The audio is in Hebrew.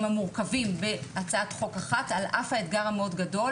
המורכבים בהצעת חוק אחת על אף האתגר המאוד גדול.